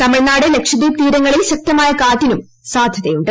തമിഴ്നാട് ലക്ഷദ്വീപ് തീരങ്ങളിൽ ശക്തമായ കാറ്റിനും സാദ്ധ്യതയുണ്ട്